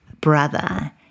brother